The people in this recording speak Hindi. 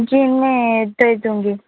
जी मैं दे दूँगी